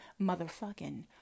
motherfucking